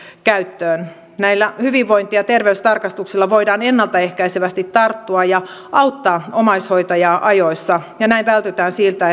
käyttöön näillä hyvinvointi ja terveystarkastuksilla voidaan ennalta ehkäisevästi tarttua asioihin ja auttaa omaishoitajaa ajoissa ja näin vältytään siltä